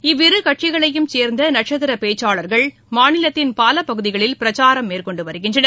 இவ்விரு கட்சிகளையும் சேர்ந்த நட்சத்திர பேச்சாளர்கள் மாநிலத்தின் பல பகுதிகளில் பிரச்சாரம் மேற்கொண்டு வருகின்றனர்